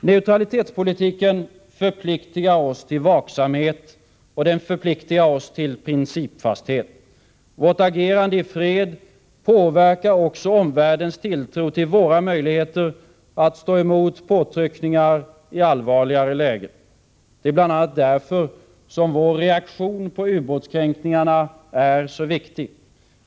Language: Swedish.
Neutralitetspolitiken förpliktigar oss till vaksamhet och till principfasthet. Vårt agerande i fred påverkar också omvärldens tilltro till våra möjligheter att stå emot påtryckningar i allvarligare lägen. Det är bl.a. därför som vår reaktion på ubåtskränkningarna är så viktig.